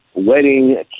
wedding